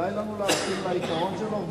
כדאי לנו להסכים לעיקרון שלו.